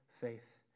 faith